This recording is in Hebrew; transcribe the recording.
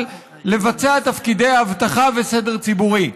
לבצע את תפקידי האבטחה והסדר הציבורי.